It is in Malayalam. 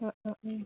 ആ ആ ആ